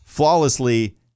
flawlessly